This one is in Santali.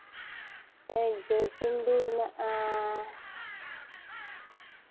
ᱮᱭ ᱡᱚᱭᱪᱚᱱᱰᱤ ᱦᱮᱱᱟᱜᱼᱟ